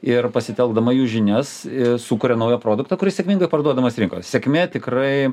ir pasitelkdama jų žinias ir sukuria naują produktą kuris sėkmingai parduodamas rinkoj sėkmė tikrai